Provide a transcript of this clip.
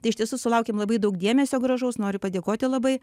tai iš tiesų sulaukėm labai daug dėmesio gražaus noriu padėkoti labai